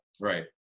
Right